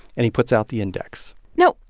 and he puts out the index now,